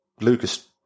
Lucas